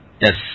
Yes